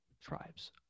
tribes